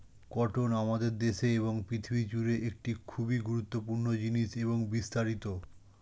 cotton আমাদের দেশে এবং পৃথিবী জুড়ে একটি খুবই গুরুত্বপূর্ণ জিনিস এবং বিস্তারিত